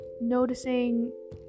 noticing